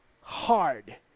hard